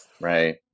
Right